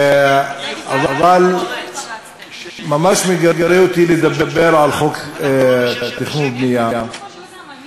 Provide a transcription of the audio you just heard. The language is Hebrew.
אבל ממש מגרה אותי לדבר על חוק התכנון והבנייה